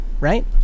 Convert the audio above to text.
right